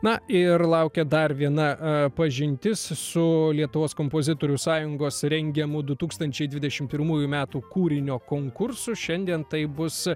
na ir laukia dar viena pažintis su lietuvos kompozitorių sąjungos rengiamu du tūkstančiai dvidešim pirmųjų metų kūrinio konkursu šiandien tai bus